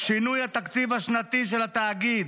שינוי התקציב השנתי של התאגיד,